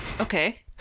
Okay